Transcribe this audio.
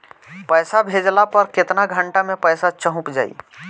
पैसा भेजला पर केतना घंटा मे पैसा चहुंप जाई?